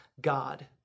God